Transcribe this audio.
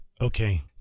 okay